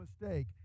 mistake